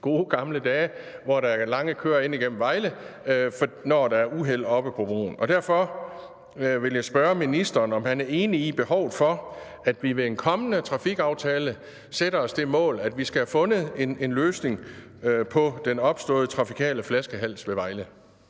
gode gamle dage, hvor der er lange køer ind igennem Vejle, når der har været uheld oppe på broen. Derfor vil jeg spørge ministeren, om han er enig i behovet for, at vi ved en kommende trafikaftale sætter os det mål, at vi skal have fundet en løsning på den opståede trafikale flaskehals ved Vejle.